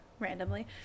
randomly